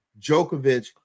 Djokovic